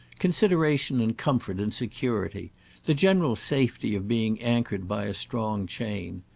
consideration and comfort and security the general safety of being anchored by a strong chain.